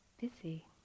busy